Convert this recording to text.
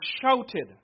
shouted